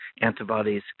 antibodies